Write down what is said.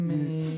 אין בעיות.